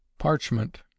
Parchment